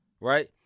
Right